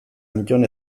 anton